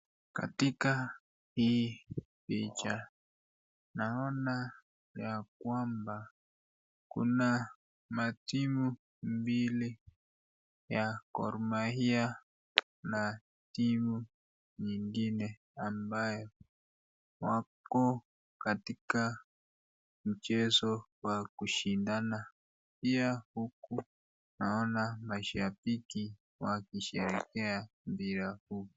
Katika hii picha, naona ya kwamba kuna matimu mbili ya gormahia na timu ingine ambayo wako katika mchezo wa kushindana. Pia huku naona mashabiki wakisherehekea mpira huu.